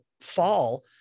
fall